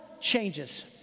changes